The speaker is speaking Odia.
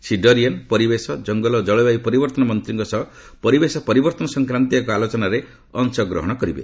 ଶ୍ରୀ ଡରିୟନ ପରିବେଶ ଜଙ୍ଗଲ ଓ ଜଳବାୟୁ ପରିବର୍ତ୍ତନ ମନ୍ତ୍ରୀଙ୍କ ସହ ପରିବେଶ ପରିବର୍ତ୍ତନ ସଂକ୍ରାନ୍ତୀୟ ଏକ ଆଲୋଚନାରେ ଅଂଶଗ୍ରହଣ କରିବେ